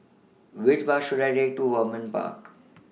Which Bus should I Take to Vernon Park